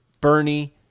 Bernie –